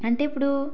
అంటే ఇప్పుడు